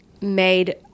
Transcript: made